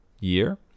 year